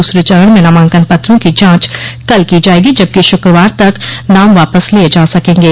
दूसरे चरण में नामांकन पत्रों की जांच कल की जाएगी जबकि शुक्रवार तक नाम वापस लिये जा सकेंगे